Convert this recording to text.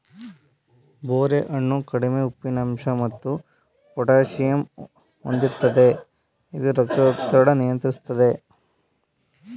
ಬೋರೆ ಹಣ್ಣು ಕಡಿಮೆ ಉಪ್ಪಿನಂಶ ಮತ್ತು ಪೊಟ್ಯಾಸಿಯಮ್ ಹೊಂದಿರ್ತದೆ ಇದು ರಕ್ತದೊತ್ತಡ ನಿಯಂತ್ರಿಸ್ತದೆ